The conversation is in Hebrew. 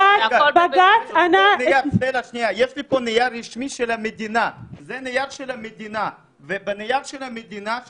בג"ץ ענה --- יש לי פה נייר רשמי של המדינה ובו כתוב